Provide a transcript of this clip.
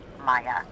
Maya